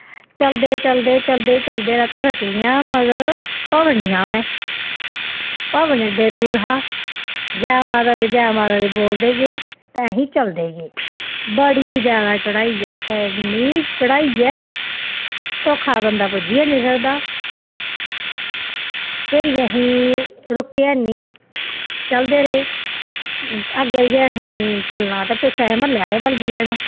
चलदे चलदे चलदे चलदे लत्तां थक्की गेइयां मगर भवन नी आवै भवन एड्डै दूर हा जै माता दी जै माता दी बोलदे गे ते असीं चलदे गे बड़ी जादा चढ़ाई ऐ उत्थें इन्नी चढ़ाई ऐ सौक्खा बंदा पुज्जी गै निं सकदा फिर असीं रुके हैनी चलदे रेह् अग्गैं जाइयै असीं चलना ते पिच्छें असेंगी म्ह्ल्ले आह्लें गी बलगी लैना